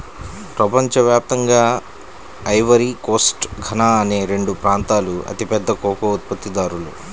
ప్రపంచ వ్యాప్తంగా Ivory Coast, Ghana అనే రెండు ప్రాంతాలూ అతిపెద్ద కోకో ఉత్పత్తిదారులు